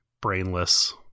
brainless